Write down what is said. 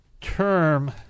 term